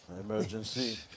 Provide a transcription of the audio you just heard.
Emergency